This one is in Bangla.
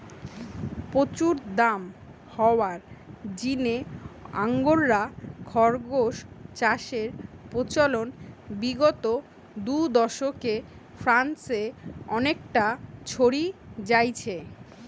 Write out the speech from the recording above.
প্রচুর দাম হওয়ার জিনে আঙ্গোরা খরগোস চাষের প্রচলন বিগত দুদশকে ফ্রান্সে অনেকটা ছড়ি যাইচে